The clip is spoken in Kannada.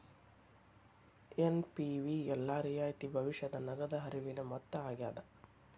ಎನ್.ಪಿ.ವಿ ಎಲ್ಲಾ ರಿಯಾಯಿತಿ ಭವಿಷ್ಯದ ನಗದ ಹರಿವಿನ ಮೊತ್ತ ಆಗ್ಯಾದ